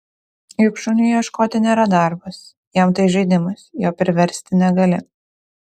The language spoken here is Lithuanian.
juk šuniui ieškoti nėra darbas jam tai žaidimas jo priversti negali